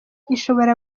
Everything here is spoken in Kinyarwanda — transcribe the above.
ishobora